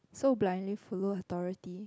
so blindly follow authority